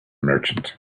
merchant